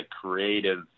creative